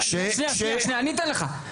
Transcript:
שנייה שנייה אני אתן לך,